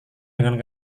dengan